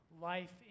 life